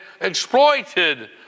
exploited